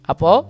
Apo